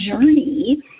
journey